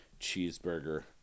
Cheeseburger